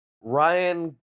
Ryan